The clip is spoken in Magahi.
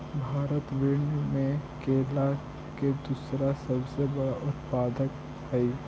भारत विश्व में केला के दूसरा सबसे बड़ा उत्पादक हई